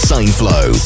SignFlow